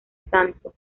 santo